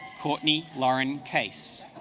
courtney lauren case